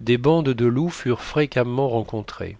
des bandes de loups furent fréquemment rencontrées